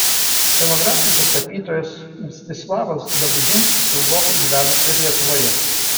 scenografas ir tapytojas mstislavas dobužinskis ilgokai gyveno ir lietuvoje